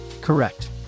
correct